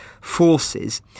forces